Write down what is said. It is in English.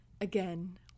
again